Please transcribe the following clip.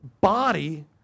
body